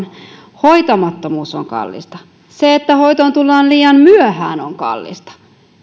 sairaat hoidetaan hoitamattomuus on kallista se että hoitoon tullaan liian myöhään on kallista